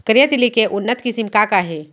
करिया तिलि के उन्नत किसिम का का हे?